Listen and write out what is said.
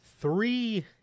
three